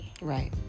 Right